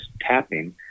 tapping